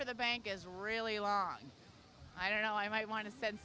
for the bank is really on i don't know i might want to send